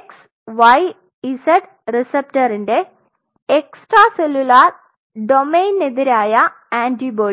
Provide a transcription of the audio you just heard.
x y z റിസപ്റ്ററിന്റെ extracellular ഡൊമെയ്നിനെതിരായ antibody